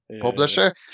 publisher